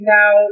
now